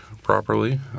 properly